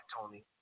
Tony